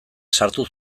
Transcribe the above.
sartu